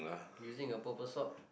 using a purple sock